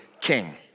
king